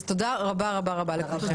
תודה רבה לכולכם.